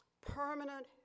permanent